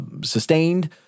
sustained